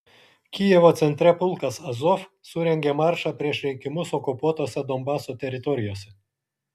kijevo centre pulkas azov surengė maršą prieš rinkimus okupuotose donbaso teritorijose